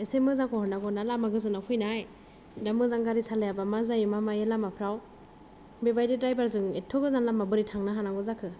एसे मोजांखौ हरनांगौना लामा गोजानाव फैनाय दा मोजां गारि सालायआबा दा माजो मा मायो लामाफ्राव बेबायदि द्रायभारजों एथथ' गोजान बोरै थांनो हानांगौ जाखो